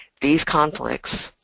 these conflicts,